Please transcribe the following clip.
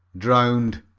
drowned,